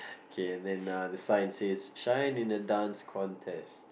okay and then uh the sign says shine in a Dance Contest